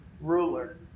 ruler